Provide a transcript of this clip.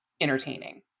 entertaining